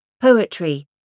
Poetry